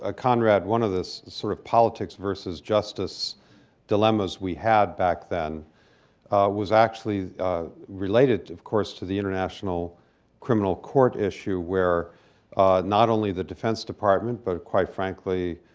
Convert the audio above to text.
ah conrad, one of the sort of politics-versus-justice dilemmas we had back then was actually related, of course, to the international criminal court issue, where not only the defense department but, quite frankly,